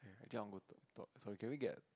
I think I want to go to to~ sorry can we get